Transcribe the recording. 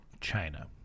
China